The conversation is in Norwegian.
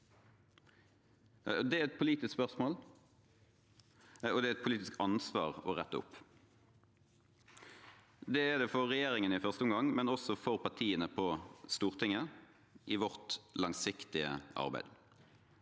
Det er et politisk spørsmål, og det er et politisk ansvar å rette opp. Det er det for regjeringen i første omgang, men også for partiene på Stortinget i vårt langsiktige arbeid.